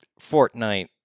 Fortnite